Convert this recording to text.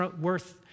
worth